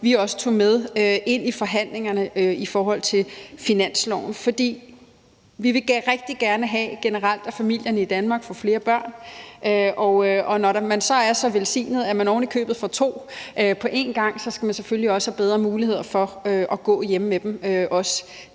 tog med ind i forhandlingerne i forhold til finansloven. For vi vil generelt rigtig gerne have, at familierne i Danmark får flere børn, og når man så er så velsignet, at man ovenikøbet får to på en gang, så skal man selvfølgelig også have bedre muligheder for at gå hjemme med dem,